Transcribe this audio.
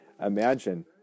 imagine